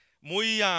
muy